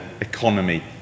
economy